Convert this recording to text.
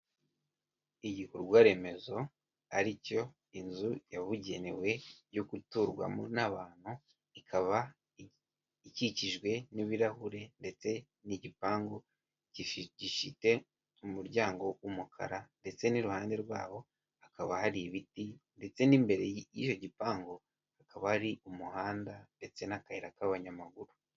Igikorwa remezo ari cyo inzu yabugenewe yo guturwamo n'abantu, ikaba ikikijwe n'ibirahure ndetse n'igipangu gifite mu muryango w'umukara ndetse n'iruhande rwaho hakaba hari ibiti ndetse n'imbere y'icyo gipangu, hakaba hari umuhanda ndetse n'akayira k'abanyamaguru.